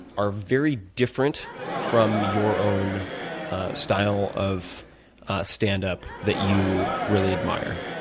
are very different from your own style of standup that you really admire?